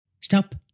Stop